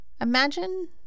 imagine